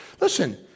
Listen